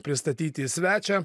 pristatyti svečią